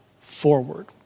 forward